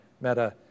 Meta